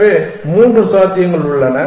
எனவே மூன்று சாத்தியங்கள் உள்ளன